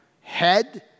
head